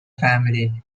family